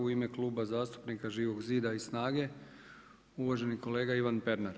U ime Kluba zastupnika Živog zida i SNAGA-e uvaženi kolega Ivan Pernar.